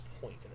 point